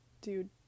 dude